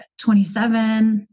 27